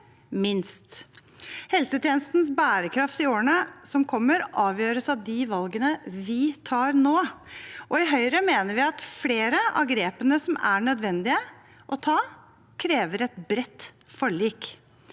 minst. Helsetjenestens bærekraft i årene som kommer, avgjøres av de valgene vi tar nå. I Høyre mener vi at flere av grepene som det er nødvendig å ta, krever et bredt forlik,